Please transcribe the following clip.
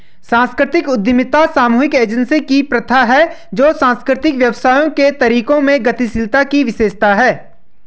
सांस्कृतिक उद्यमिता सामूहिक एजेंसी की प्रथा है जो सांस्कृतिक व्यवसायों के तरीकों में गतिशीलता की विशेषता है